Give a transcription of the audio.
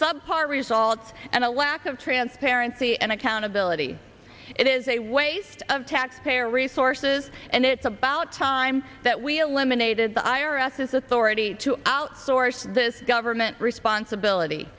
sub par results and a lack of transparency and accountability it is a waste of taxpayer resources and it's about time that we eliminated the i r s this authority to outsource this government responsibility